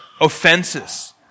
offenses